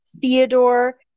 Theodore